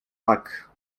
tak